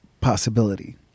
possibility